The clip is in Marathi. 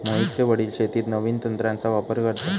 मोहितचे वडील शेतीत नवीन तंत्राचा वापर करतात